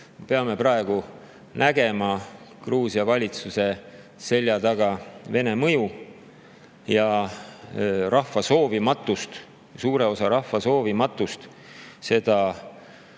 peame praegu nägema Gruusia valitsuse selja taga Vene mõju ja suure osa rahva soovimatust see mõju